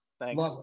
Thanks